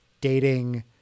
dating